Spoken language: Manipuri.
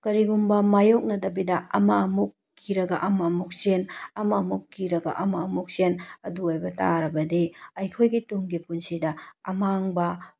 ꯀꯔꯤꯒꯨꯝꯕ ꯃꯥꯌꯣꯛꯅꯗꯕꯤꯗ ꯑꯃ ꯑꯃꯨꯛ ꯀꯤꯔꯒ ꯑꯃ ꯑꯃꯨꯛ ꯆꯦꯟ ꯑꯃ ꯑꯃꯨꯛ ꯀꯤꯔꯒ ꯑꯃ ꯑꯃꯨꯛ ꯆꯦꯟ ꯑꯗꯨ ꯑꯣꯏꯕ ꯇꯥꯔꯗꯤ ꯑꯩꯈꯣꯏꯒꯤ ꯇꯨꯡꯒꯤ ꯄꯨꯟꯁꯤꯗ ꯑꯃꯥꯡꯕ